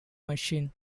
machine